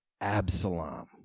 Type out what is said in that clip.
Absalom